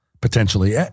potentially